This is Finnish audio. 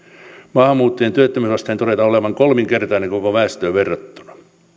maahanmuuttajien työttömyysasteen todetaan olevan kolminkertainen koko väestöön verrattuna